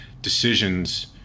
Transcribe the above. decisions